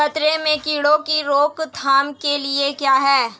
गन्ने में कीड़ों की रोक थाम के लिये क्या करें?